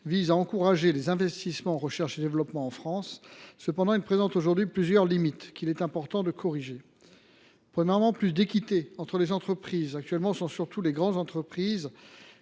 vise à encourager les investissements en recherche et développement en France. Cependant, il présente plusieurs limites qu’il est important de corriger. Premièrement, il faut plus d’équité entre les entreprises. Aujourd’hui, ce sont surtout les grandes entreprises